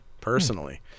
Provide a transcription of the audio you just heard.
personally